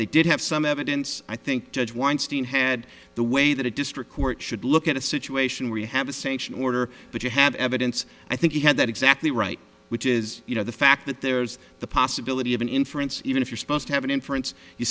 they did have some evidence i think judge weinstein had the way that a district court should look at a situation where you have a sanction order but you have evidence i think he had that exactly right which is you know the fact that there's the possibility of an inference even if you're supposed to have an inference you